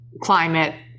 climate